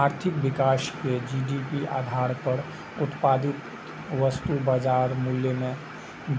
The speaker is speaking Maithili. आर्थिक विकास कें जी.डी.पी आधार पर उत्पादित वस्तुक बाजार मूल्य मे